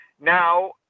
Now